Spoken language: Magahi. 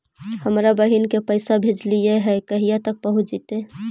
हमरा बहिन के पैसा भेजेलियै है कहिया तक पहुँच जैतै?